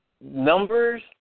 numbers